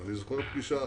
אני זוכר פגישה אחת.